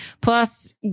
plus